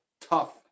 tough